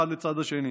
אחד לצד השני.